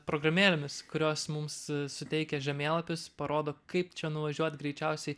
programėlėmis kurios mums suteikia žemėlapius parodo kaip čia nuvažiuot greičiausiai